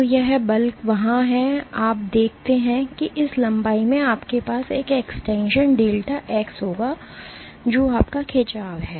तो यह बल वहाँ है और आप देखते हैं कि इस लंबाई में आपके पास एक एक्सटेंशन डेल्टा x होगा जो आपका खिंचाव है